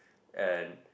and